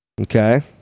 Okay